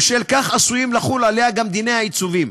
ובשל כך עשויים לחול עליה גם דיני העיצובים.